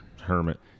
Hermit